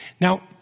Now